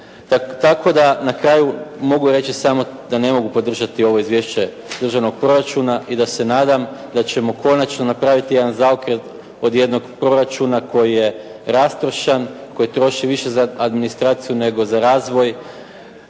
Tako da na kraju mogu reći samo da ne mogu podržati ovo izvješće državnog proračuna i da se nadam da ćemo konačno napraviti jedan zaokret od jednog proračuna koji je rastrošan, koji troši više za administraciju nego za razvoj